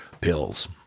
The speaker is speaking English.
pills